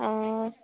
অ